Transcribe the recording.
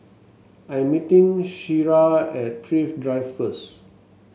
I am meeting Shira at Thrift Drive first